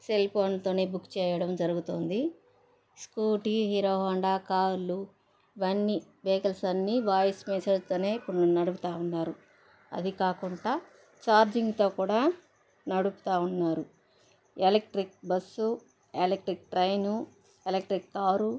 సెల్ఫోన్తోనే book చేయడం జరుగుతోంది scooty Hero Honda కార్లు ఇవన్నీ వెహికల్స్ అన్ని వాయిస్ మెసేజ్తోనే కొన్ని నడుపుతూ ఉన్నారు అది కాకుండా చార్జింగ్తో కూడా నడుపుతా ఉన్నారు electric bus electric train electric car